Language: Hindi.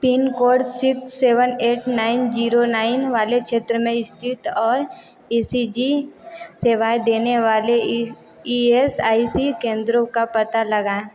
pin code six seven eight nine zero nine वाले क्षेत्र में स्थित और ई सी जी सेवाएँ देने वाले E E S I C केंद्रों का पता लगाएँ